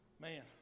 Man